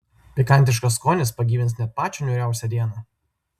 pikantiškas skonis pagyvins net pačią niūriausią dieną